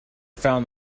found